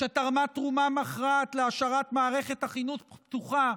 שתרמה תרומה מכרעת להשארת מערכת החינוך פתוחה,